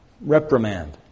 reprimand